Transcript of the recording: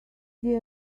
see